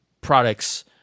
products